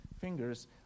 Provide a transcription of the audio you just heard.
fingers